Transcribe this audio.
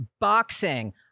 boxing